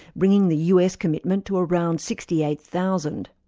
bringing the us commitment to around sixty eight thousand.